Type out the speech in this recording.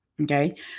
Okay